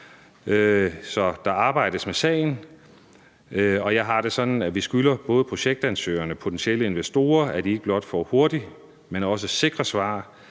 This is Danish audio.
Så der arbejdes med sagen, og jeg har det sådan, at vi skylder både projektansøgerne og potentielle investorer, at de ikke blot får hurtige, men også sikre svar,